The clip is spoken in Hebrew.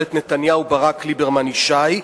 ממשלת נתניהו-ברק-ליברמן-ישי,